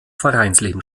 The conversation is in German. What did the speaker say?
vereinsleben